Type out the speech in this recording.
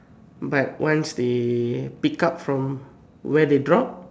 but once they pick up from where they drop